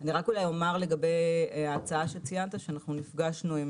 אומר לגבי ההצעה שציינת שנפגשנו עם